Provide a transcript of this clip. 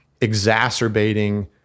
exacerbating